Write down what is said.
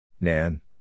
Nan